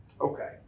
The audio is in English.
Okay